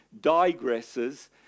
digresses